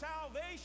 salvation